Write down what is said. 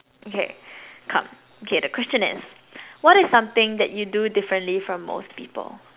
okay come okay the question is what is something that you do differently from most people